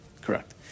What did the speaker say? Correct